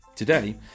Today